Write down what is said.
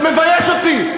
זה מבייש אותי,